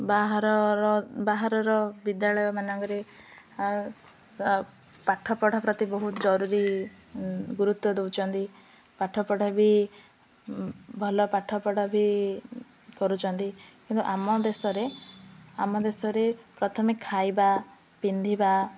ବାହାରର ବାହାରର ବିଦ୍ୟାଳୟମାନଙ୍କରେ ପାଠପଢ଼ା ପ୍ରତି ବହୁତ ଜରୁରୀ ଗୁରୁତ୍ୱ ଦେଉଛନ୍ତି ପାଠପଢ଼ା ବି ଭଲ ପାଠପଢ଼ା ବି କରୁଛନ୍ତି କିନ୍ତୁ ଆମ ଦେଶରେ ଆମ ଦେଶରେ ପ୍ରଥମେ ଖାଇବା ପିନ୍ଧିବା